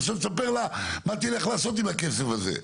עכשיו תספר לה מה תלך לעשות עם הכסף הזה?